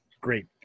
great